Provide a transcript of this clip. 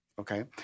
okay